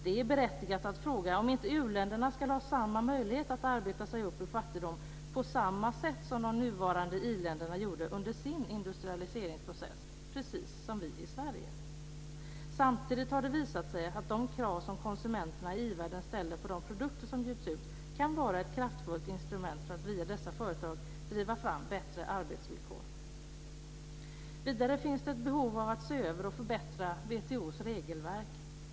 Det är berättigat att fråga om inte u-länderna ska ha möjligheten att arbeta sig upp ur fattigdom på samma sätt som de nuvarande i-länderna gjorde under sin industrialiseringsprocess - precis som vi i Sverige. Samtidigt har det visat sig att de krav som konsumenterna i i-världen ställer på de produkter som bjuds ut kan vara ett kraftfullt instrument för att via dessa företag driva fram bättre arbetsvillkor. Vidare finns det ett behov av att se över och förbättra WTO:s regelverk.